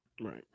Right